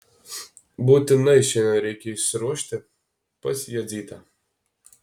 būtinai šiandien reikia išsiruošti pas jadzytę